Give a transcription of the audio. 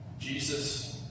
Jesus